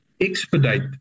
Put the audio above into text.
Expedite